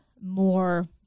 more